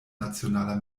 nationaler